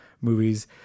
movies